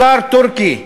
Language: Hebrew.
הזאר תורכי,